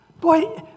Boy